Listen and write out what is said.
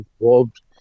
involved